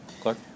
Clark